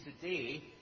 today